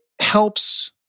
helps